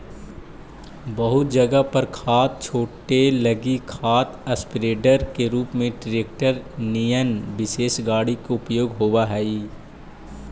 बहुत जगह पर खाद छीटे लगी खाद स्प्रेडर के रूप में ट्रेक्टर निअन विशेष गाड़ी के उपयोग होव हई